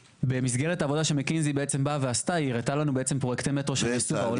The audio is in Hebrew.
במסגרת העבודה שמקנזי עשתה היא הראתה לנו פרויקטי מטרו שנעשו בעולם.